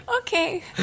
Okay